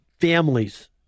families